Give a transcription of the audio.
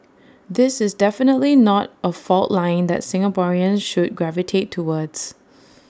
this is definitely not A fault line that Singaporeans should gravitate towards